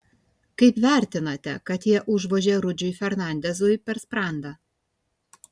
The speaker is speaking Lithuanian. kaip vertinate kad jie užvožė rudžiui fernandezui per sprandą